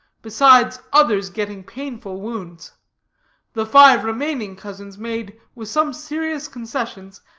besides others getting painful wounds the five remaining cousins made, with some serious concessions,